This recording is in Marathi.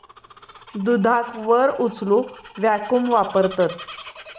दुधाक वर उचलूक वॅक्यूम वापरतत